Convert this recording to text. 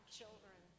children